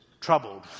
troubled